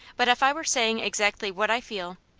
but if i were saying exactly what i feel,